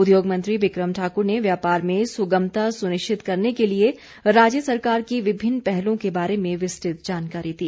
उद्योग मंत्री बिक्रम ठाकुर ने व्यापार में सुगमता सुनिश्चित करने के लिए राज्य सरकार की विभिन्न पहलों के बारे में विस्तृत जानकारी दी